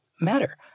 matter